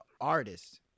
artist